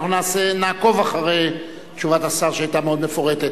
אנחנו נעקוב אחרי תשובת השר, שהיתה מאוד מפורטת.